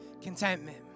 contentment